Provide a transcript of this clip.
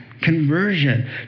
conversion